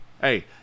hey